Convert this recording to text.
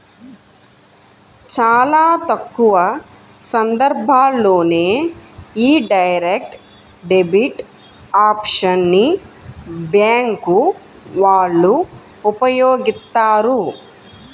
చాలా తక్కువ సందర్భాల్లోనే యీ డైరెక్ట్ డెబిట్ ఆప్షన్ ని బ్యేంకు వాళ్ళు ఉపయోగిత్తారు